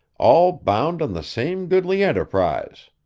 all bound on the same goodly enterprise.